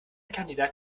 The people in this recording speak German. kandidat